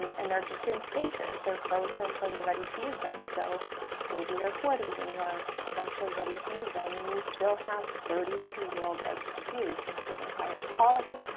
and they're just in stasis. they're frozen until you're ready to use them. so maybe you're forty when you are eventually ready to use them and you still have thirty two year old eggs to use. and so they're higher-quality,